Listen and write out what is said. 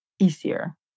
easier